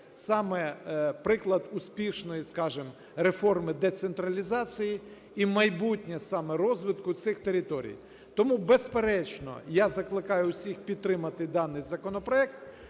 саме приклад успішної, скажемо, реформи децентралізації і майбутнє саме розвитку цих територій. Тому, безперечно, я закликаю всіх підтримати даний законопроект.